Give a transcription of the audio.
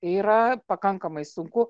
yra pakankamai sunku